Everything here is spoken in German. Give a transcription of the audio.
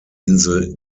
insel